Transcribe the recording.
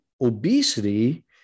obesity